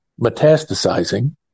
metastasizing